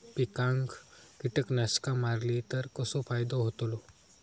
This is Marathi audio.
पिकांक कीटकनाशका मारली तर कसो फायदो होतलो?